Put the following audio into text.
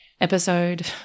episode